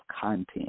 content